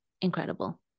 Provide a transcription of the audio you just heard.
incredible